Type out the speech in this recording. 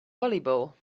volleyball